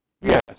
Yes